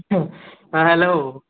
आ हेल'